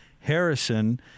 Harrison